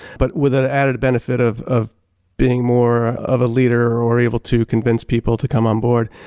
but with an added benefit of of being more of a leader or able to convince people to come on board.